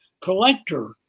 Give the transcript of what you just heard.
collector